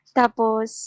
tapos